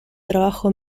trabajo